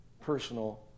personal